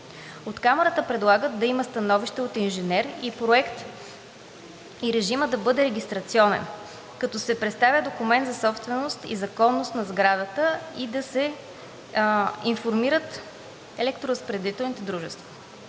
От Камарата предлагат да има становище от инженер и проект и режимът да бъде регистрационен, като се представя документ за собственост и законност на сградата и да се информират електроразпределителните дружества.